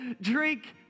drink